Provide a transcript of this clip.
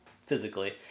physically